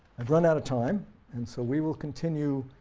and run out time and so we will continue